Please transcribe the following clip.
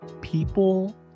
people